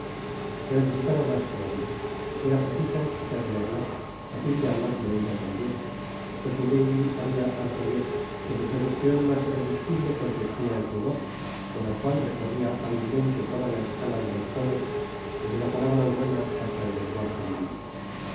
se necesitaba mas todavia era preciso hacerle hablar á fin de hablarle ella tambien pues milady sabia harto bien que su seduccion mas irresistible consistia en su voz con la cual recorria hábilmente toda la escala de los tonos desde la palabra humana hasta el lenguaje divino y